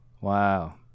Wow